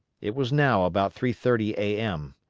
it was now about three thirty a m.